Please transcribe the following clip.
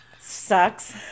sucks